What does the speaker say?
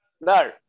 No